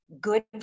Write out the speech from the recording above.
good